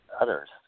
others